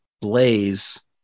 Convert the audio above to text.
blaze